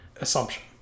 assumption